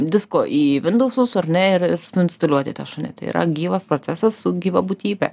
disko į vindausus ar ne ir instaliuot į tą šunį tai yra gyvas procesas gyva būtybė